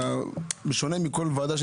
בשונה מכל ועדה,